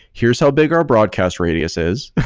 here's how big or broadcast radius is.